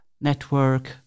network